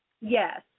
Yes